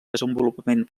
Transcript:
desenvolupament